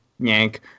Yank